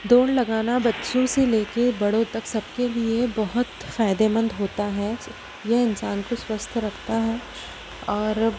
दौड़ लगाना बच्चों से लेकर बड़ों तक सबके लिए बहुत फायदेमंद होता है ये इन्सान को स्वस्थ रखता है और